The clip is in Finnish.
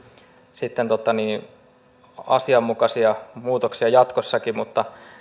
sitten asianmukaisia muutoksia jatkossakin mutta